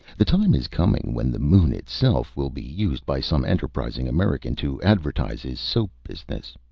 the time is coming when the moon itself will be used by some enterprising american to advertise his soap business.